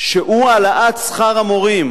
שהוא העלאת שכר המורים